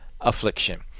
affliction